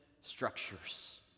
structures